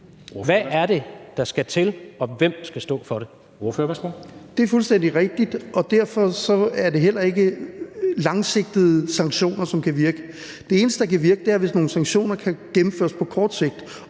Ordføreren, værsgo. Kl. 14:24 Søren Søndergaard (EL): Det er fuldstændig rigtigt, og derfor er det heller ikke langsigtede sanktioner, som kan virke. Det eneste, der kan virke, er, hvis nogle sanktioner kan gennemføres på kort sigt.